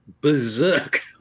berserk